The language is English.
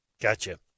Gotcha